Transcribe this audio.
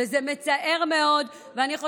ולא לתת שירות ציבור, וזה מצער מאוד.